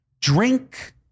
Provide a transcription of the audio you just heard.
Drink